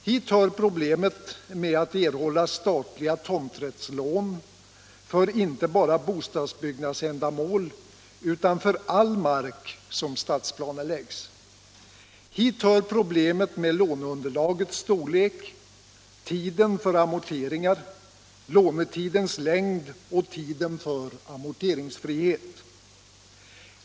Hit hör problemet med att erhålla statliga tomträttslån inte bara för bostadsbyggnadsändamål utan för all mark som stadsplaneläggs. Hit hör problemen med låneunderlagets storlek, tiden för amorteringar, lånetidens längd och tiden för amorteringsfrihet.